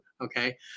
Okay